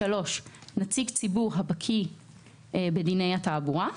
(3)נציג ציבור הבקיא בדיני התעבורה,